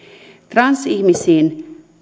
transihmisiin